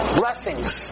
blessings